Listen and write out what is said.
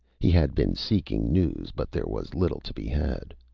he had been seeking news, but there was little to be had.